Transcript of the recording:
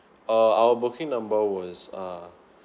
uh our booking number was uh